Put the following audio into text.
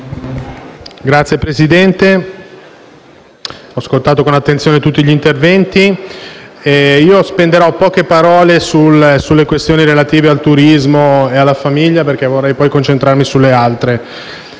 Signor Presidente, ho ascoltato con attenzioni tutti gli interventi; spenderò poche parole sulle questioni relative al turismo e alla famiglia perché vorrei poi concentrarmi sulle altre.